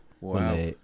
Wow